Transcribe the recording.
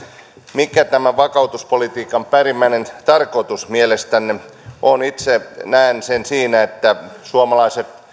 mikä tämän vakautuspolitiikan päällimmäinen tarkoitus mielestänne on itse näen sen siinä että suomalaiset